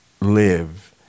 live